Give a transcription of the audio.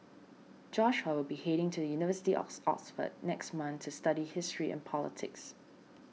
Joshua will be heading to the University of Oxford next month to study history and politics